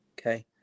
okay